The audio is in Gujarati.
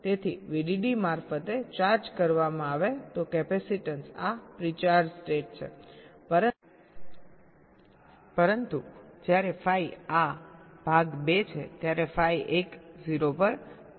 તેથી VDD મારફતે ચાર્જ કરવામાં આવે તો કેપેસીટન્સ આ પ્રી ચાર્જ સ્ટેટ છે પરંતુ જ્યારે phi આ ભાગ 2 છે ત્યારે phi 1 0 પર પાછો આવે છે